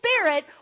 Spirit